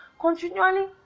continually